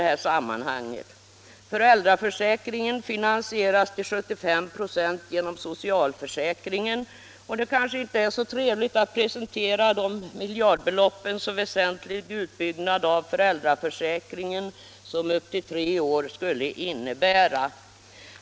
Föräldraförsäkringen finansieras till 75 926 genom socialförsäkringen, och det kanske inte är så trevligt att presentera de miljardbelopp som en så väsentlig utbyggnad av föräldraförsäkringen som upp till tre år skulle innebära.